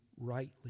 rightly